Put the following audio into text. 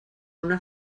una